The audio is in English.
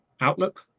Outlook